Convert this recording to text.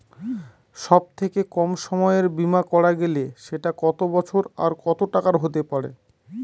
সব থেকে কম সময়ের বীমা করা গেলে সেটা কত বছর আর কত টাকার হতে পারে?